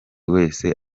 wese